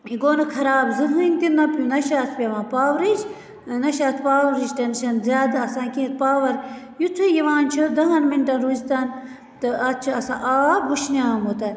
یہِ گوٚو نہٕ خَراب زٕہٕنٛۍ تہِ نہَ چھِ اتھ پیٚوان پاورٕچ نہَ چھِ اتھ پاورٕچ ٹینشَن زیاد آسان کینٛہہ پاوَر یِتھُے یِوان چھِ دَہَن مِنٹَن روٗزۍتن تہٕ اتھ چھِ آسان آب وُشنیاومُت